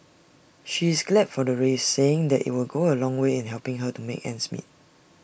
she is glad for the raise saying IT will go A long way in helping her to make ends meet